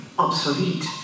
obsolete